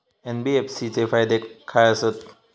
NBFC चे फायदे खाय आसत?